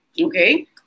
Okay